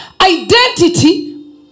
Identity